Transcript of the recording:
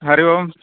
हरिः ओं